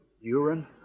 urine